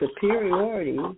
superiority